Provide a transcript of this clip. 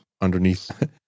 underneath